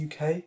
UK